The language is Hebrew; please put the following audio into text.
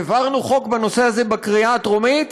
העברנו חוק בנושא הזה בקריאה טרומית,